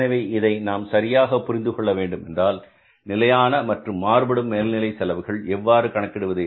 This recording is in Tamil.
எனவே இதை நாம் சரியாக புரிந்து கொள்ள வேண்டும் என்றால் நிலையான மற்றும் மாறுபடும் மேல்நிலை செலவுகளை எவ்வாறு கணக்கிடுவது